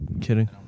kidding